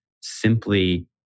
simply